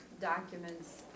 documents